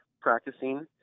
practicing